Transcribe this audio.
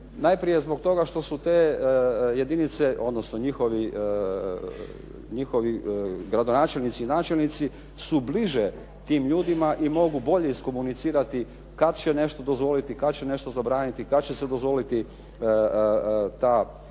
Najprije zbog toga što su te jedinice, odnosno njihovi gradonačelnici i načelnici su bliže tim ljudima i mogu bolje iskomunicirati kada će nešto dozvoliti, kada će nešto zabraniti, kada će se dozvoliti ajmo